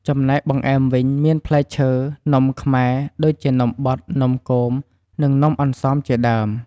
ចំណែកបង្អែមវិញ មានផ្លែឈើ នំខ្មែរ ដូចជានំបត់ នំគម និងនំអន្សមជាដើម។